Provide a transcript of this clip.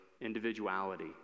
individuality